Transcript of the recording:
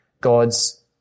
God's